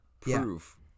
proof